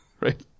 right